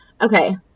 Okay